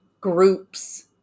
groups